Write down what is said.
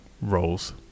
roles